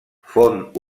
font